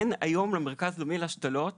היום, אין למרכז הלאומי להשתלות